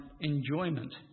enjoyment